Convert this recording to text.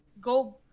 go